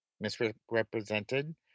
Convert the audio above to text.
misrepresented